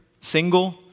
single